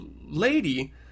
lady